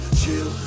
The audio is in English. chill